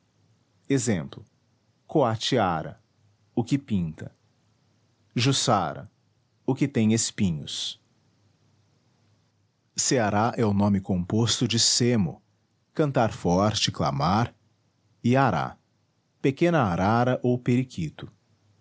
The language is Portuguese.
objeto ex coatiara o que pinta juçara o que tem espinhos ceará é o nome composto de cemo cantar forte clamar e ará pequena arara ou periquito